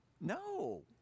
No